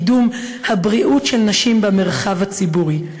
קידום הבריאות של נשים במרחב הציבורי.